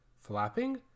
Flapping